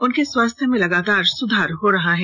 उनके स्वास्थ्य में लगातार सुधार हो रहा है